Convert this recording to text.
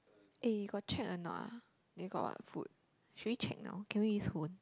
eh you got checked or not ah they got what food should we check now can we use phone